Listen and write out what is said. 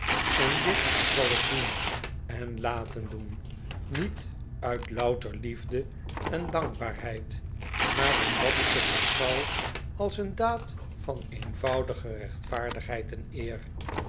en dit zal ik doen en laten doen niet uit louter liefde en dankbaarheid maar omdat ik het beschouw als een daad van eenvoudige rechtvaardigheid en eer